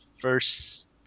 first